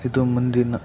ಇದು ಮುಂದಿನ